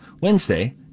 Wednesday